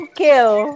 kill